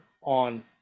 on